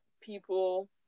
people